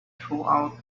throughout